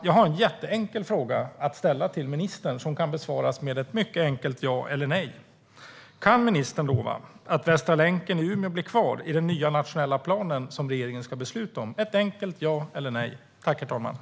Jag har en jätteenkel fråga att ställa till ministern, som kan besvaras med ett mycket enkelt ja eller nej. Kan ministern lova att Västra länken i Umeå blir kvar i den nya nationella planen, som regeringen ska besluta om? Frågan kan besvaras med ett enkelt ja eller nej.